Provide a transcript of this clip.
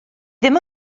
ddim